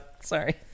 sorry